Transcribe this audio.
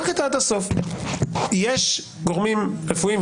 יש גורמים רפואיים,